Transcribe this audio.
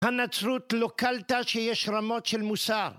הנצרות לא קלטה שיש רמות של מוסר.